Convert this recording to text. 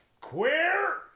Queer